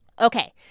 Okay